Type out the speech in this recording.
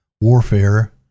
warfare